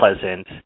pleasant